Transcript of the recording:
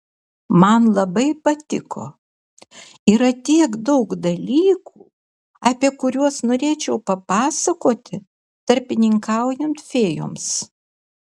man labai patiko yra tiek daug dalykų apie kuriuos norėčiau papasakoti tarpininkaujant fėjoms